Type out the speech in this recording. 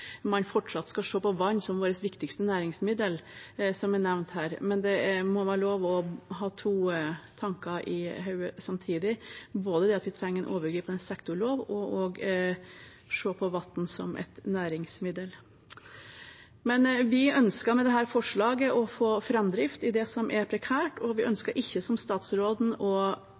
man fortsatt skal se på vann som vårt viktigste næringsmiddel, som er nevnt her, men det må være lov å ha to tanker i hodet samtidig, både at vi trenger en overgripende sektorlov og å se på vann som et næringsmiddel. Vi ønsker med dette forslaget å få framdrift i det som er prekært, og vi ønsker ikke, som statsråden, å